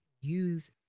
use